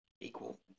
equal